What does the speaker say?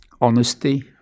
Honesty